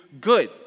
good